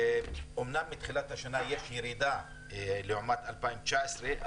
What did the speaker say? אומנם מתחילת השנה יש ירידה לעומת 2019,